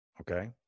Okay